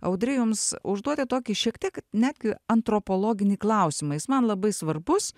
audry jums užduoti tokį šiek tiek netgi antropologinį klausimą jis man labai svarbus